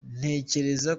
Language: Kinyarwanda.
ntekereza